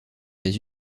des